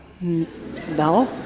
No